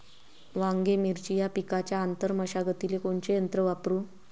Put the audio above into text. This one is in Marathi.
वांगे, मिरची या पिकाच्या आंतर मशागतीले कोनचे यंत्र वापरू?